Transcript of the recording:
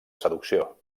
seducció